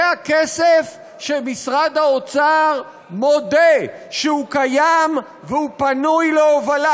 זה הכסף שמשרד האוצר מודה שהוא קיים והוא פנוי להובלה,